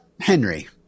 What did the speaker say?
Henry